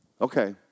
Okay